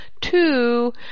two